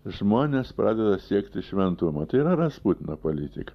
žmonės pradeda siekti šventumo tai yra rasputino politika